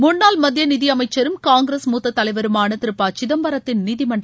முன்னாள் மத்திய நிதியமைச்சரும் காங்கிரஸ் மூத்த தலைவருமான திரு ப சிதம்பரத்தின் நீதிமன்ற